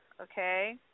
okay